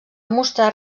mostrar